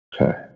Okay